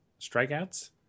strikeouts